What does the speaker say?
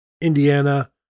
Indiana